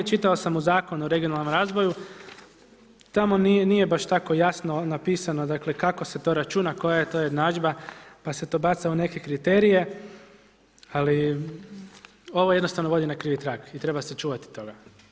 Čitao sam u Zakonu o regionalnoj razvoju tamo nije baš tako jasno napisano kako se to računa, koja je to jednadžba pa se to baca u neke kriterije, ali ovo jednostavno vodi na krivi trag i treba se čuvati toga.